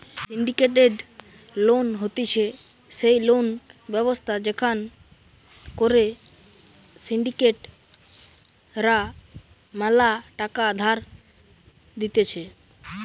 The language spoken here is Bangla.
সিন্ডিকেটেড লোন হতিছে সেই লোন ব্যবস্থা যেখান করে সিন্ডিকেট রা ম্যালা টাকা ধার দিতেছে